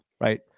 Right